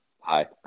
Hi